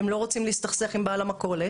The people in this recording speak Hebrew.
הם לא רוצים להסתכסך עם בעל המכולת.